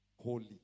holy